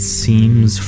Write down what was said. seems